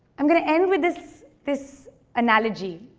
i'm going to end with this this analogy.